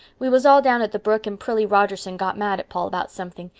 we was all down at the brook and prillie rogerson got mad at paul about something.